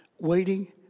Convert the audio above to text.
Waiting